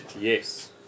Yes